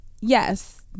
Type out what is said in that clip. yes